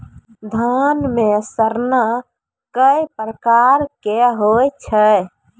धान म सड़ना कै प्रकार के होय छै?